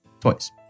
Toys